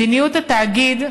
מדיניות התאגיד,